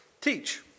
Teach